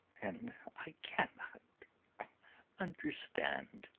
and i cannot understand